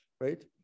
right